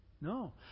No